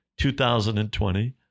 2020